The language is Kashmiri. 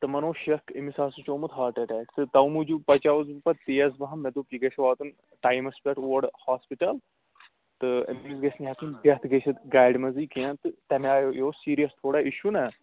تِمَن اوس شَک أمِس ہَسا چھِ آمُت ہاٹ اَٹیک تہٕ تَوٕے موٗجوٗب پَچاوُس بہٕ پَتہٕ تیز پَہَم مےٚ دوٚپ یہِ گژھِ واتُن ٹایمَس پٮ۪ٹھ اور ہاسپِٹَل تہٕ أمِس گژھِ نہٕ ہٮ۪کٕنۍ ڈیتھ گٔژھتھ گاڑِ منٛزٕے کینٛہہ تہٕ تَمہِ آے یہِ اوس سیٖریَس تھوڑا اِشوٗ نا